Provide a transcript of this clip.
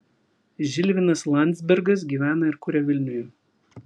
žilvinas landzbergas gyvena ir kuria vilniuje